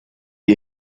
est